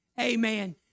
amen